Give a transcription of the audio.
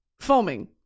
Foaming